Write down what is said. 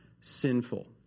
sinful